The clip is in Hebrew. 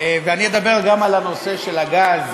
ואני אדבר גם על הנושא של הגז.